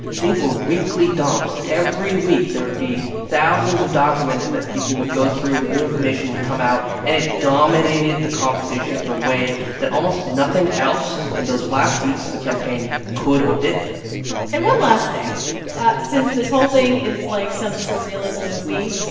they were weekly dumps. every week, there'd be thousands of documents that people would go through. new information would come out. and it dominated the conversation in a way that almost nothing else in those last weeks of the campaign could or did and one last thing since this whole thing is like some surrealist movie,